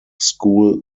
school